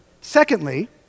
Secondly